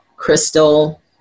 Crystal